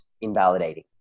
invalidating